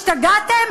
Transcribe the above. השתגעתם?